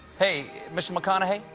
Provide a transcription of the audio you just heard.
hey, mr. mcconaughey?